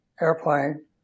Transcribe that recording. airplane